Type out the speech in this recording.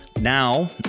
now